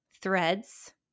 Threads